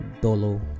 Dolo